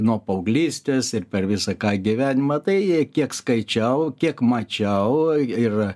nuo paauglystės ir per visą ką gyvenimą tai kiek skaičiau kiek mačiau ir